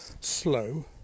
slow